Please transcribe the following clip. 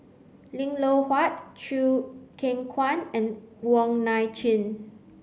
Lim Loh Huat Choo Keng Kwang and Wong Nai Chin